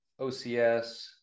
OCS